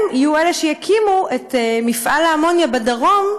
הם יהיו אלה שיקימו את מפעל האמוניה בדרום,